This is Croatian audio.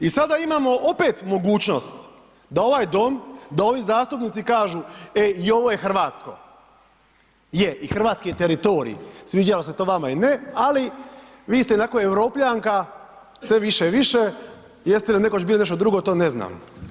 I sada imamo opet mogućnost da ovaj Dom, da ovi zastupnici kažu, e i ovo je hrvatsko, je i hrvatski je teritorij, sviđalo se to vama ili ne, ali vi ste ionako Europljanka sve više i više, jeste li nekoć bili nešto drugo, to ne znam.